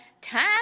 time